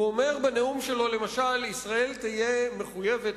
הוא אומר בנאום שלו למשל: ישראל תהיה מחויבת,